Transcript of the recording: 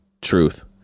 truth